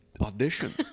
audition